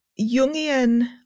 Jungian